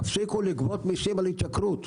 תפסיקו לגבות מסים על התייקרות.